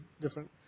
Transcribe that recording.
Different